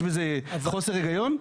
יש בזה חוסר היגיון?